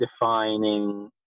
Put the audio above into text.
defining